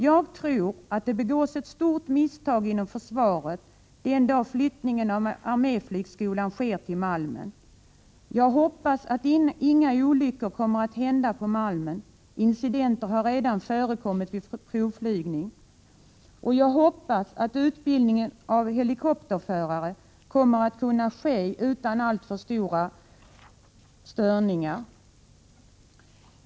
Jag tror att det begås ett stort misstag inom försvaret den dag flyttningen av arméflygskolan sker till Malmen. Jag hoppas att inga olyckor kommer att hända på Malmen — incidenter har redan förekommit vid provflygning — och jag hoppas att utbildningen av helikopterförare kommer att kunna ske utan alltför stora störningar.